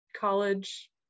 college